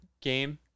game